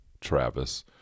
Travis